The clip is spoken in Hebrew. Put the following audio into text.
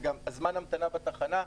זה גם זמן המתנה בתחנה,